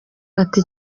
ati